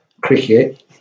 cricket